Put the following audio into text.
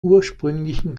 ursprünglichen